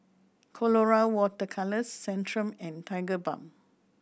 Colora Water Colours Centrum and Tigerbalm